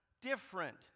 different